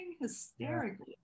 hysterically